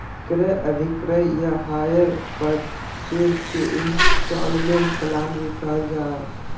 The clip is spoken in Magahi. क्रय अभिक्रय या हायर परचेज के इन्स्टालमेन्ट प्लान भी कहल जा हय